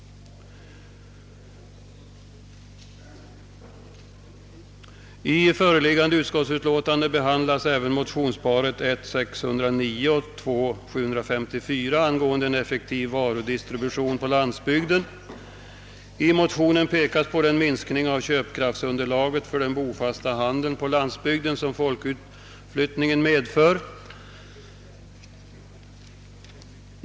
I föreliggande utskottsutlåtande behandlas även motionsparet I:609 och II: 754 angående en effektiv varudistribution på landsbygden. I motionen påpekas den minskning av köpkraftsunderlaget för den bofasta handeln på landsbygden som folkutflyttningen medför.